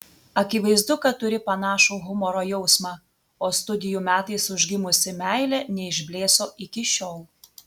akivaizdu kad turi panašų humoro jausmą o studijų metais užgimusi meilė neišblėso iki šiol